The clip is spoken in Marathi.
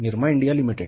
Nirma India limited